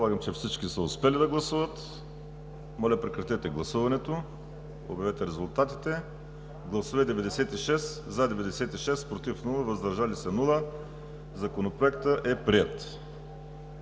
Законопроектът е приет.